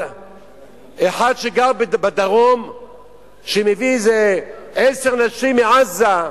שגר בדרום ומביא איזה עשר נשים מעזה?